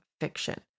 fiction